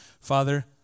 Father